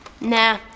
Nah